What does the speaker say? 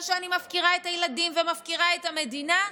שאני מפקירה את הילדים ומפקירה את המדינה.